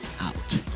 out